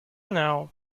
know